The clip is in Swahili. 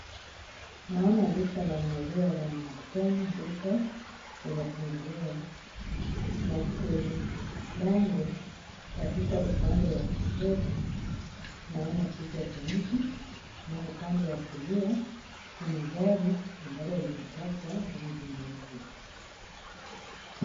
Naona duka la maziwa la Mount Kenya Depot limefunguliwa, na kwenye lango katika upande wa kushoto naona kichwa cha mtu, na upande wa kulia kuna gari ambalo limepakwa rangi nyeupe.